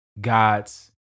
God's